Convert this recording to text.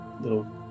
little